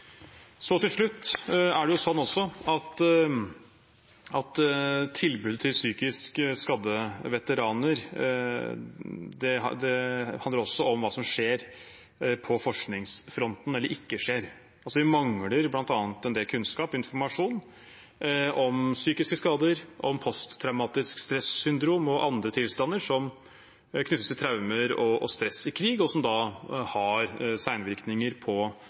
Til slutt: Tilbudet til psykisk skadde veteraner handler også om hva som skjer eller ikke skjer på forskningsfronten. Vi mangler bl.a. en del kunnskap og informasjon om psykiske skader, om posttraumatisk stressyndrom og andre tilstander, som knyttes til traumer og stress i krig, og som har senvirkninger på helsen til de som har vært ute i strid. Det er også omtalt i veteranmeldingen at regjeringen vil satse mer systematisk på